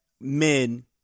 men